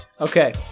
Okay